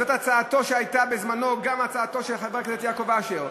זאת הייתה בזמנו גם הצעתו של חבר הכנסת יעקב אשר,